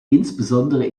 insbesondere